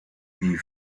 die